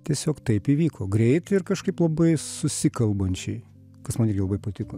tiesiog taip įvyko greit ir kažkaip labai susikalbančiai kas man irgi labai patiko